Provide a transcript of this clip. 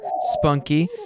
spunky